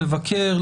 לבקר,